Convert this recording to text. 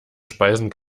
speisen